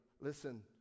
listen